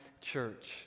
church